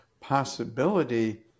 possibility